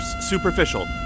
Superficial